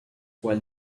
while